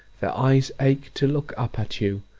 their eyes ache to look up at you.